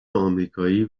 آمریکایی